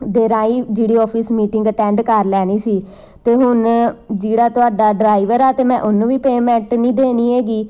ਦੇ ਰਾਹੀਂ ਜਿਹੜੀ ਔਫਿਸ ਮੀਟਿੰਗ ਅਟੈਂਡ ਕਰ ਲੈਣੀ ਸੀ ਅਤੇ ਹੁਣ ਜਿਹੜਾ ਤੁਹਾਡਾ ਡਰਾਈਵਰ ਆ ਅਤੇ ਮੈਂ ਉਹਨੂੰ ਵੀ ਪੇਮੈਂਟ ਨਹੀਂ ਦੇਣੀ ਹੈਗੀ